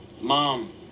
Mom